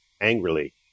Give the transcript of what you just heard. angrily